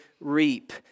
reap